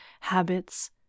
habits